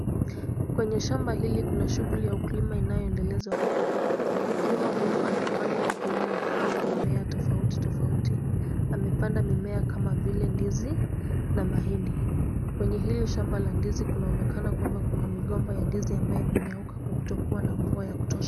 Kwenye shamba hili kuna shughuli ya ukulima zinazoendelea hapa. Mkulima huyu anafanya shughuli za kupanda mimea tofauti tofauti. Anapanda mimea kama vile ndizi na mahindi. Kwenye shamba hili la ndizi kunaonekana kubwa na migomba ya ndizi ambayo imenyauka kwa kutokuwa na mvua ya kutosha.